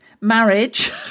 marriage